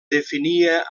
definia